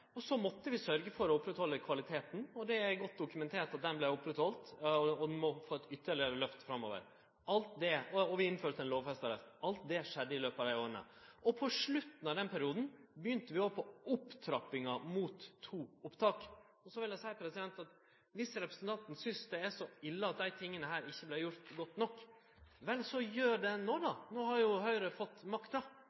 Så måtte vi sørgje for å halde ved like kvaliteten. Det er godt dokumentert at det vart han, og han må få eit ytterlegare løft framover. Og vi innførte ein lovfesta rett. Alt det skjedde i løpet av dei åra. På slutten av den perioden begynte vi òg på opptrappinga mot to opptak. Så vil eg seie at dersom representanten synest det er så ille at dei tinga ikkje vart gjorde godt nok, vel, så gjer det